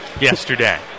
yesterday